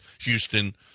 Houston